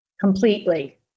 Completely